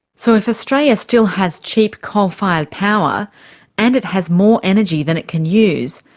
so if australia still has cheap coal-fired power and it has more energy than it can use,